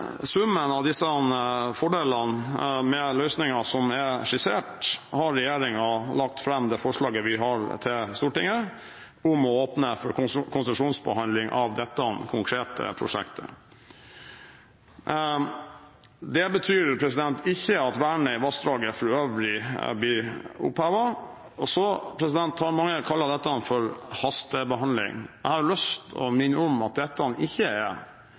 summen av disse fordelene med løsninger som er skissert, har regjeringen lagt fram forslag til Stortinget om å åpne for konsesjonsbehandling av dette konkrete prosjektet. Det betyr ikke at vern i vassdraget for øvrig blir opphevet. Så kan man gjerne kalle dette for hastebehandling. Jeg har lyst til å minne om at det ikke er